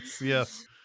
Yes